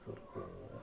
ಸರ್ಕೊ